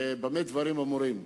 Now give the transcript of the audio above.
במה דברים אמורים?